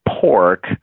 pork